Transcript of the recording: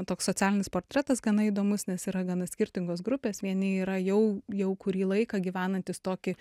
toks socialinis portretas gana įdomus nes yra gana skirtingos grupės vieni yra jau jau kurį laiką gyvenantys tokį